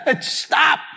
Stop